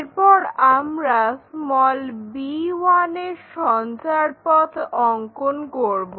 এরপর আমরা b1 এর সঞ্চারপথ অঙ্কন করব